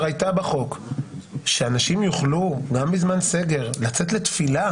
הייתה בחוק שאנשים יוכלו גם בזמן סגר לצאת לתפילה,